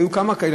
והיו כמה כאלה,